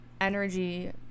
energy